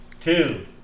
two